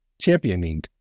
Championing